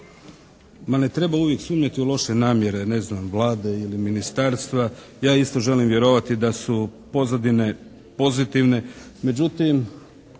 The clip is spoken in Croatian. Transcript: Ma ne treba uvijek sumnjati u loše namjere, ne znam, Vlade i ministarstva. Ja isto želim vjerovati da su pozadine pozitivne. Međutim,